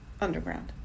underground